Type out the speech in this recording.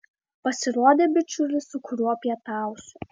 pasirodė bičiulis su kuriuo pietausiu